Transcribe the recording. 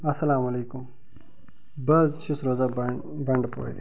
السلام علیکُم بہٕ حظ چھُس روزان بہٕ بَنٛڈ بَنڈپورِ